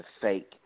fake